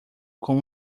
com